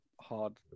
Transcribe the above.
hard